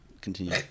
continue